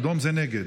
אדום זה נגד.